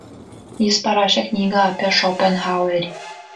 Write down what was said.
jis parašė knygą apie šopenhauerį